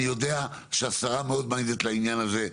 אני יודע שהשרה מאוד דואגת לעניין הזה,